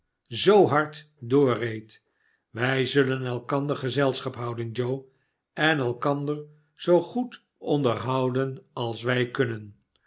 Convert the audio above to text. zoo hard doorreed wij zullen elkander gezelschap houden joe en elkander zoo goed onderhouden als wij kunnen